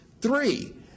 Three